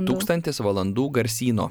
tūkstantis valandų garsyno